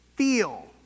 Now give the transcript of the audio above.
feel